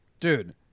Dude